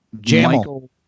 Jamal